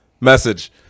message